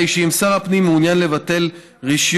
הרי שאם שר הפנים מעוניין לבטל רישיון